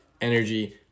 Energy